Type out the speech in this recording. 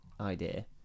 idea